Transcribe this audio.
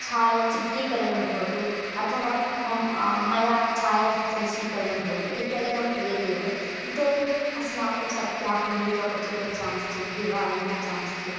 छायाचित्रीकरणं भवतु अथवा मम मया छायाचित्रं स्वीकरणं भवतु इत्यादिकं क्रियते एव इतोऽपि अस्माकं सख्याः मिलित्वा क्वचित् गच्छामश्चेत् देवालयं गच्छामश्चेत्